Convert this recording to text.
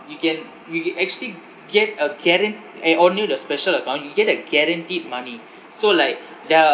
you can you can actually get a guaran~ and only the special account you get a guaranteed money so like there are